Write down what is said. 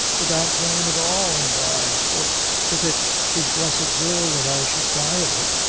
without goin' at all, and die for if it's his blessed will that i should die of it,